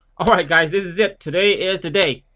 alright guys this is it. today is the day.